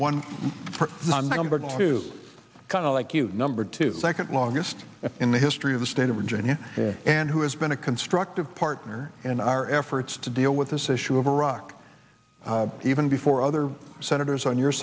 for number two kind of like you number two second longest in the history of the state of virginia and who has been a constructive partner in our efforts to deal with this issue of iraq even before other senators on your